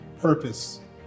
purpose